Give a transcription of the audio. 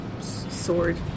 sword